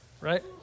right